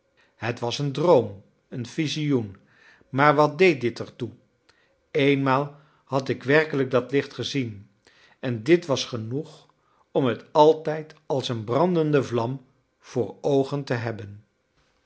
het was een droom een visioen maar wat deed dit er toe eenmaal had ik werkelijk dat licht gezien en dit was genoeg om het altijd als een brandende vlam voor oogen te hebben